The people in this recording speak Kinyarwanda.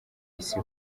isi